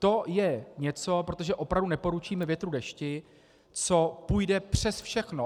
To je něco, protože opravdu neporučíme větru, dešti, co půjde přes všechno.